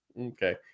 okay